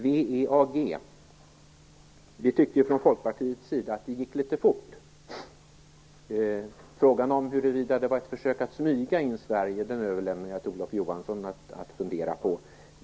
Vi tycker från Folkpartiets sida att det gick litet väl fort. Frågan om huruvida det var ett försök att smyga in Sverige överlämnar jag till Olof Johansson att fundera över.